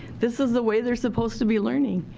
this is the way they are supposed to be learning.